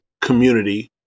community